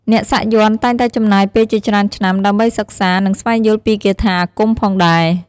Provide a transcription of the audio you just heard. អ្នកសាក់យ័ន្តតែងតែចំណាយពេលជាច្រើនឆ្នាំ ដើម្បីសិក្សា និងស្វែងយល់ពីគាថាអាគមផងដែរ។